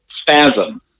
spasm